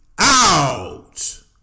Out